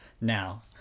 now